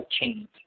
change